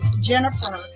Jennifer